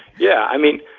yeah, i mean,